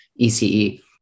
ECE